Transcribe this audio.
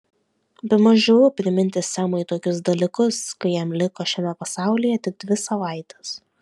bemaž žiauru priminti semui tokius dalykus kai jam liko šiame pasaulyje tik dvi savaitės